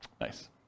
Nice